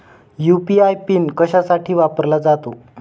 UPI PIN कशासाठी वापरला जातो?